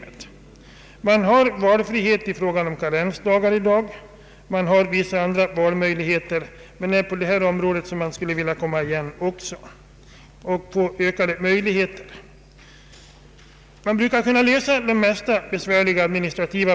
Det är nu valfrihet i fråga om karensdagar och det finns vissa andra valmöjligheter. De flesta administrativa problem brukar kunna lösas i detta land.